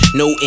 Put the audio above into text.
no